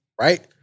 right